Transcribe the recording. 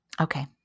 Okay